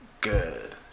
good